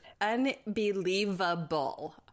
unbelievable